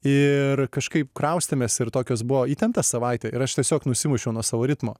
ir kažkaip kraustėmės ir tokios buvo įtempta savaitė ir aš tiesiog nusimušiau nuo savo ritmo